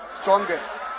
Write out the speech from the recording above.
strongest